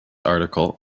article